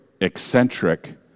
eccentric